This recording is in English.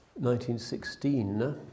1916